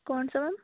ਕੌਣ ਸਾ ਮੈਮ